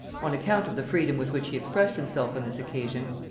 on account of the freedom with which he expressed himself on this occasion,